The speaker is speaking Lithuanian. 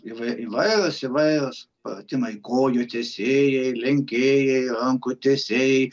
įvairūs įvairūs pratimai kojų teisėjai lenkėjai rankų tiesėjai